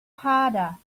harder